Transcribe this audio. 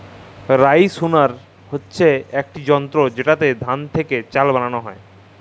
rice হুলার হছে ইকট যলতর যেটতে ধাল থ্যাকে চাল বালাল হ্যয়